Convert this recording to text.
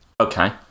Okay